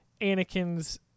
Anakin's